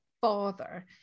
father